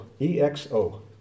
E-X-O